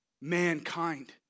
mankind